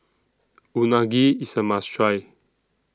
Unagi IS A must Try